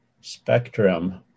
spectrum